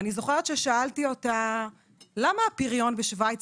אני זוכרת ששאלתי אותה למה הפריון בשווייץ